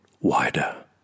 wider